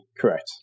Correct